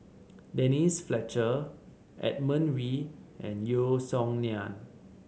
Denise Fletcher Edmund Wee and Yeo Song Nian